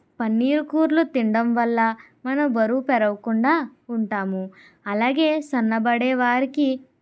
పన్నీరు కూరలు తిండం వల్ల మనం బరువు పెరగకుండా ఉంటాము అలాగే సన్నబడే వారికి